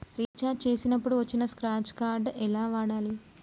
Recharge చేసినప్పుడు వచ్చిన scratch card ఎలా వాడాలి?